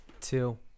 two